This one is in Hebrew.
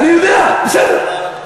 אני יודע, בסדר.